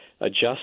adjust